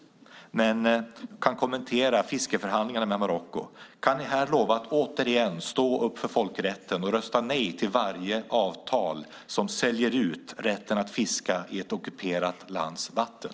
Kan ni här lova att återigen stå upp för folkrätten och rösta nej till varje avtal som säljer ut rätten att fiska i ett ockuperat lands vatten?